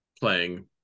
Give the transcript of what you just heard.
playing